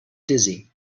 dizzy